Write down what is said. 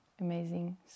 amazing